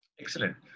Excellent